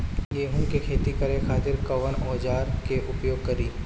गेहूं के खेती करे खातिर कवन औजार के प्रयोग करी?